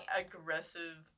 aggressive